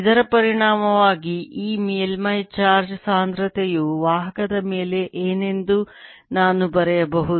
ಇದರ ಪರಿಣಾಮವಾಗಿ ಈ ಮೇಲ್ಮೈ ಚಾರ್ಜ್ ಸಾಂದ್ರತೆಯು ವಾಹಕದ ಮೇಲೆ ಏನೆಂದು ನಾನು ಬರೆಯಬಹುದು